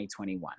2021